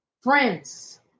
friends